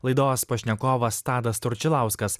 laidos pašnekovas tadas tručilauskas